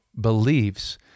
beliefs